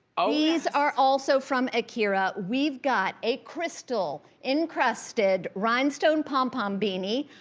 ah these are also from akira. we've got a crystal encrusted rhinestone, pompom beanie.